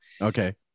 Okay